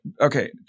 okay